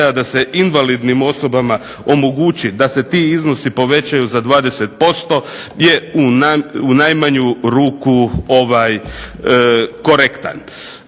da se invalidnim osobama omogući da se ti iznosi povećaju za 20% je u najmanju ruku korektan.